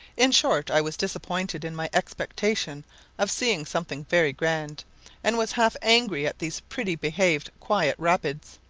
in short, i was disappointed in my expectation of seeing something very grand and was half angry at these pretty behaved quiet rapids,